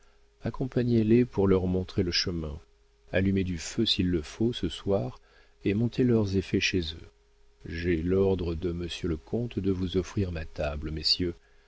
donnera les clefs accompagnez les pour leur montrer le chemin allumez du feu s'il le faut ce soir et montez leurs effets chez eux j'ai l'ordre de monsieur le comte de vous offrir ma table messieurs